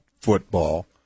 football